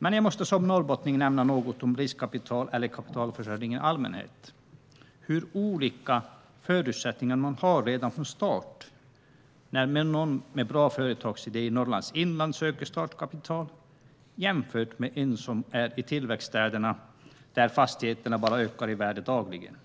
Men jag måste som norrbottning nämna något om riskkapital eller kapitalförsörjning i allmänhet. Det är väldigt olika förutsättningar redan från start när någon med en bra företagsidé i Norrlands inland söker startkapital jämfört med någon i tillväxtstäder, där fastigheterna bara ökar i värde dagligen.